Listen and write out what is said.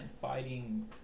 fighting